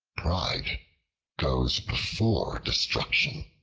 pride goes before destruction.